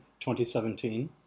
2017